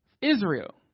Israel